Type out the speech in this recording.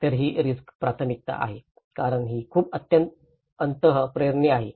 तर ही रिस्क प्राथमिकता आहे कारण ती खूप अंतःप्रेरणा आहे